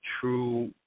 true